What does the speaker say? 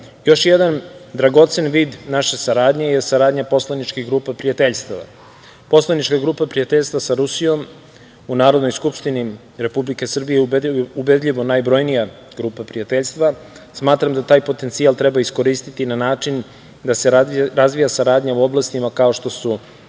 jedan dragocen vid naše saradnje je saradnja poslaničkih grupa prijateljstava. Poslanička grupa prijateljstva sa Rusijom u Narodnoj skupštini Republike Srbije ubedljivo je najbrojnija grupa prijateljstva. Smatram da taj potencijal treba iskoristiti na način da se razvija saradnja u oblastima kao što su